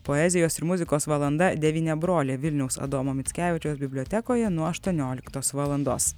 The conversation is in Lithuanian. poezijos ir muzikos valanda devyniabrolė vilniaus adomo mickevičiaus bibliotekoje nuo aštuonioliktos valandos